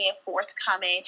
forthcoming